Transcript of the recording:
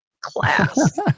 class